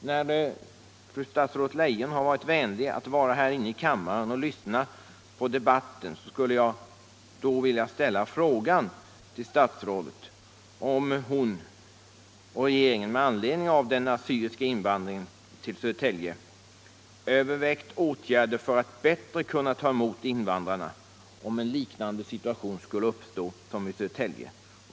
| Eftersom fru statsrådet Leijon är vänlig nog att vara här i kammaren och lyssna på debatten skulle jag vilja ställa frågan om statsrådet och regeringen med anledning av den assyriska invandringen till Södertälje övervägt åtgärder för att bättre kunna ta emot invandrare, om en liknande situation skulle uppstå som den i Södertälje.